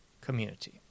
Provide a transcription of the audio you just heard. community